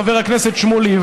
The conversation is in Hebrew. חבר הכנסת שמולי,